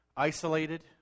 Isolated